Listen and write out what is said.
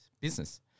business